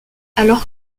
alors